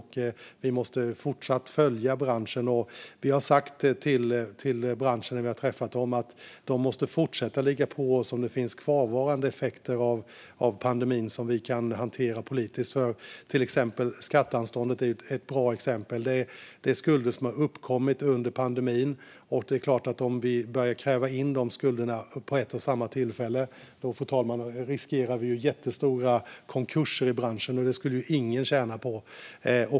Vi måste fortsätta följa branschen. När vi har träffat branschen har vi också sagt till dem att de måste fortsätta ligga på oss om det finns kvarvarande effekter av pandemin som vi kan hantera politiskt. Skatteanståndet är ett bra exempel. Det är skulder som har uppkommit under pandemin. Om vi börjar kräva in de skulderna vid ett och samma tillfälle är det klart att vi riskerar jättestora konkurser i branschen, fru talman. Det skulle ingen tjäna på.